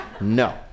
No